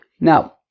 Now